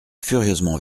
furieusement